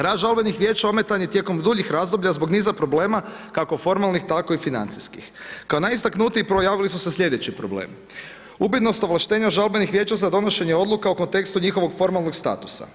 Rad žalbenih vijeća ometan je tijekom duljih razloga zbog niza problema kako formalnih tako i financijskih, kao najistaknutiji pojavili su se sljedeći problemi. … ovlaštenja žalbenih vijeća za donošenje odluka o kontekstu njihovog formalnog statusa.